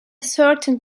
certain